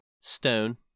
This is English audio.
stone